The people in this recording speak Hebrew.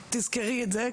תזכרי את זה.